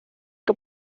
que